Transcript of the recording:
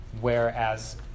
whereas